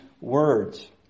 words